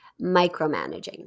micromanaging